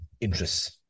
interests